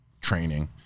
training